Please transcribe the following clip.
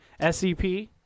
SCP